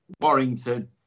Warrington